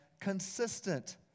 consistent